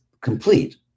complete